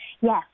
Yes